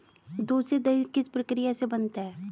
दूध से दही किस प्रक्रिया से बनता है?